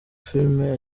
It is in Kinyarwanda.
film